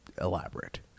elaborate